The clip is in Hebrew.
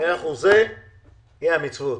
זו המצווה,